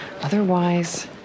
Otherwise